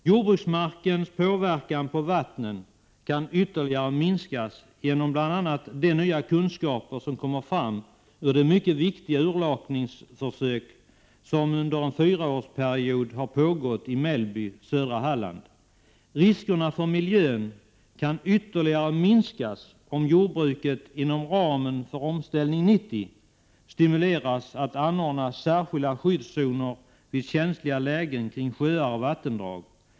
Jordbruksmarkens påverkan på vattnen kan ytterligare minskas genom bl.a. de nya kunskaper som kommer fram ur de mycket viktiga urlakningsförsök som under en fyraårsperiod pågått i Mellby, södra Halland. Riskerna för miljön kan ytterligare minskas om jordbruket inom ramen för Omställning 90 stimuleras att anordna särskilda skyddszoner vid känsliga lägen kring sjöar och vattendrag.